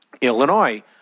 Illinois